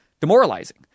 demoralizing